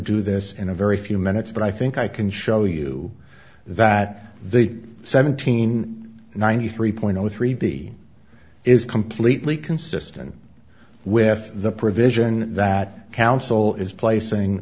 do this in a very few minutes but i think i can show you that the seventeen ninety three point zero three b is completely consistent with the provision that counsel is placing